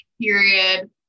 period